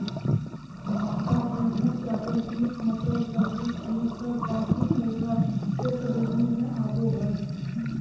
मक्का, गेहूं, चावल, बींस, मटर, तरबूज, खीर सब वार्षिक पौधा के श्रेणी मे आवो हय